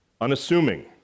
unassuming